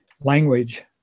language